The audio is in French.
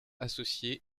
associé